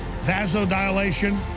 Vasodilation